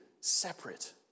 separate